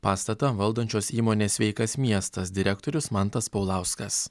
pastatą valdančios įmonės sveikas miestas direktorius mantas paulauskas